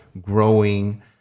growing